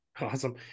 Awesome